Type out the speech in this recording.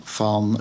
van